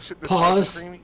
pause